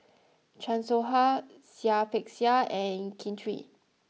Chan Soh Ha Seah Peck Seah and Kin Chui